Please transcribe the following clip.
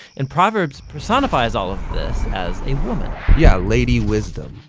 and proverbs personifies all of this as a woman. yeah, lady wisdom.